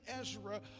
Ezra